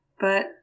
But